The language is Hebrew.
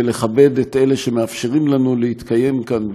ולכבד את אלה שמאפשרים לנו להתקיים כאן,